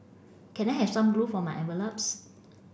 can I have some glue for my envelopes